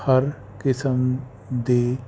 ਹਰ ਕਿਸਮ ਦੀ